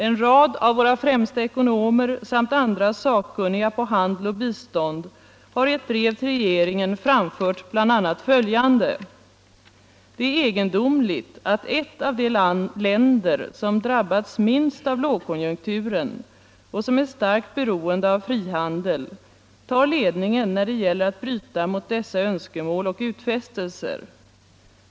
En rad av våra främsta ekonomer samt andra sakkunniga på handel och bistånd har i ett brev till regeringen framfört bl.a. följande: ”Det är egendomligt att ett av de länder som drabbats minst av lågkonjunkturen och som är starkt beroende av frihandel tar ledningen när det gäller att bryta mot dessa önskemål och utfästelser.